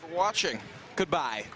for watching good bye